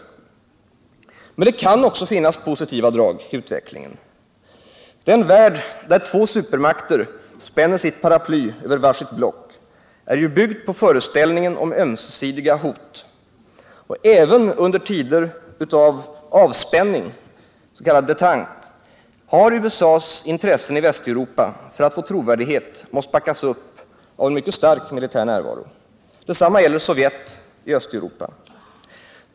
Men det kan också finnas positiva drag i utvecklingen. Den värld där två supermakter spänner sitt paraply över var sitt block är ju byggd på föreställningen om ömsesidiga hot. Även under tider av avspänning, s.k. détente, har USA:s intressen i Västeuropa för att få trovärdighet måst backas upp av en mycket stark militär närvaro. Detsamma gäller Sovjet i Östeuropa.